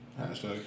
Hashtag